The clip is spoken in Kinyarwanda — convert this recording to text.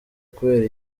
kubera